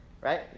right